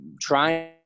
trying